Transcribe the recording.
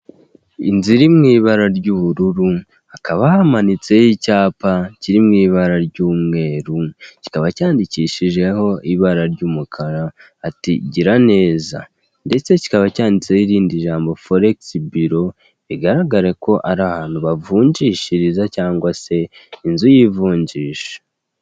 Inzu iri mu ibara ry'ubururu hakaba hamanitseho icyapa kiri mu ibara ry'umweru kikaba cyandikishijeho ibara ry'umukara ati:'' Gira neza." Ndetse kikaba cyanditseho irindi jambo foregisi biro bigaragare ko ari ahantu bavunjishiriza cyangwa se inzu y'ivunjisha.